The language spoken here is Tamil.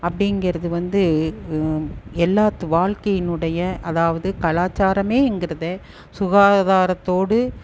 அப்படிங்கிறது வந்து எல்லாத்து வாழ்க்கையினுடைய அதாவது கலாச்சாரமேங்கிறத சுகாதாரத்தோடு